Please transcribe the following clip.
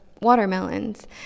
watermelons